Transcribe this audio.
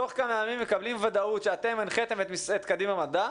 לקבל וודאות שאתם הנחיתם את קדימה מדע